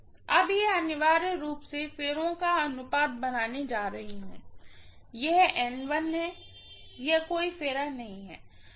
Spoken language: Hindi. अब यह अनिवार्य रूप से फेरों का अनुपात बनाने जा रही हूँ और यह N है यह कोई फेरा नहीं है जो कि